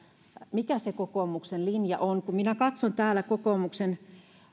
mikä se kokoomuksen linja on kun minä katson täältä kokoomuksen